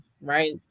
right